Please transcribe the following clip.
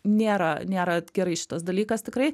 nėra nėra gerai šitas dalykas tikrai